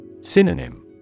Synonym